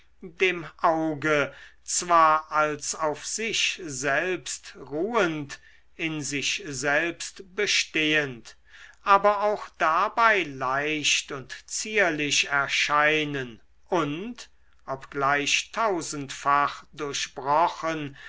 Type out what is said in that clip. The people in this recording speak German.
dem auge zwar als auf sich selbst ruhend in sich selbst bestehend aber auch dabei leicht und zierlich erscheinen und obgleich tausendfach durchbrochen